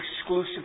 exclusive